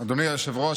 אדוני היושב-ראש,